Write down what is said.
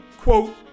quote